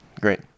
Great